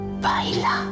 Baila